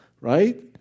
right